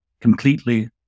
completely